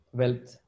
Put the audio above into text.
wealth